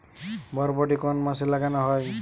বরবটি কোন মাসে লাগানো হয়?